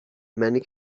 many